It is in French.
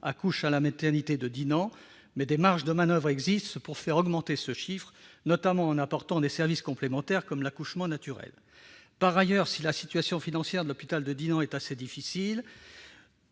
accouchent à la maternité de Dinan, mais des marges de manoeuvre existent pour faire augmenter ce taux, notamment en proposant des services complémentaires comme l'accouchement naturel. Par ailleurs, si la situation financière de l'hôpital de Dinan est assez difficile-